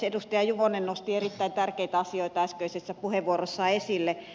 edustaja juvonen nosti erittäin tärkeitä asioita äskeisessä puheenvuorossaan esille